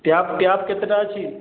tap tap କେତେଟା ଅଛି